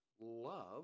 love